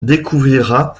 découvrira